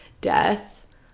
death